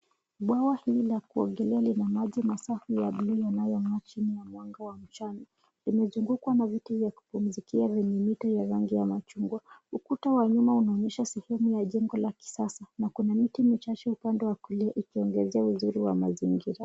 Bwawa hili la kuogelea lina maji masafi ya bluu yanayongaa chini ya mwanga wa mchana, limezungukwa na viti vya kupumzikia venye miti ya rangi ya machungwa. Ukuta wa nyuma unaonyesha sehemu ya jengo la kisasa na kuna miti michache upande wa kulia ikiongezea uzuri wa mazingira.